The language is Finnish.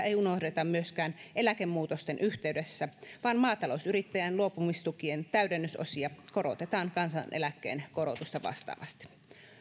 ei unohdeta myöskään eläkemuutosten yhteydessä vaan maatalousyrittäjän luopumistukien täydennysosia korotetaan kansaneläkkeen korotusta vastaavasti